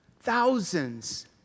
thousands